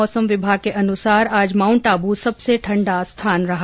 मौसम विभाग के अनुसार आज माउंट आबू सबसे ठंडा स्थान रहा